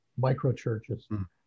Microchurches